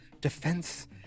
defense